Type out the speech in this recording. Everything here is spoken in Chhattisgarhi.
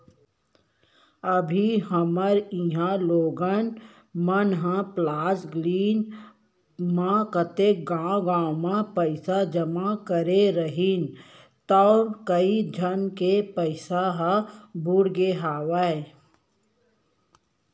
अभी हमर इहॉं लोगन मन ह प्लस ग्रीन म कतेक गॉंव गॉंव म पइसा जमा करे रहिन तौ कइ झन के पइसा ह बुड़गे हवय